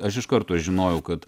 aš iš karto žinojau kad